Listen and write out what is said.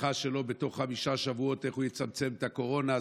ההצלחה שלו שבתוך חמישה שבועות הוא יצמצם את הקורונה,